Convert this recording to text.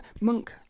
Monk